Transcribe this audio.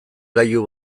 gailu